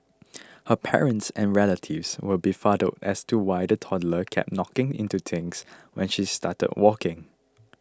her parents and relatives were befuddled as to why the toddler kept knocking into things when she started walking